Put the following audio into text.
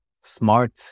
smart